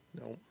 no